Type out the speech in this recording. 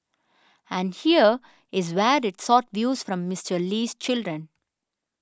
and here is where it sought views from Mister Lee's children